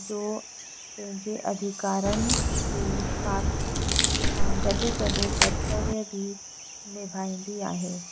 जो पंहिंजे अधिकारनि जे साथ सां गॾु गॾु कर्तव्य बि निभाईंदी आहे